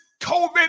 COVID